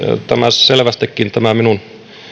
selvästikin tämä minun